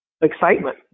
excitement